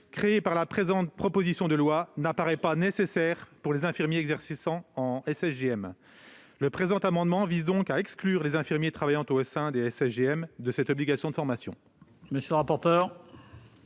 créé par la présente proposition de loi n'apparaît pas nécessaire pour les infirmiers exerçant en SSGM. Le présent amendement vise donc à exclure les infirmiers travaillant au sein du SSGM de cette obligation de formation. Quel est l'avis de